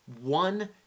one